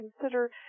consider